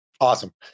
Awesome